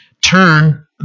turn